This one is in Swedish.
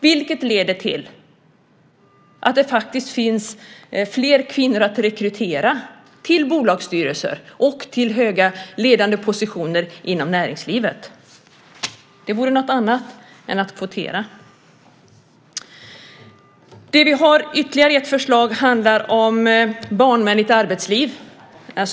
Det leder till att det finns fler kvinnor att rekrytera till bolagsstyrelser och till höga ledande positioner inom näringslivet. Det vore något annat är att kvotera. Vi har ytterligare ett förslag som handlar om ett barnvänligt arbetsliv.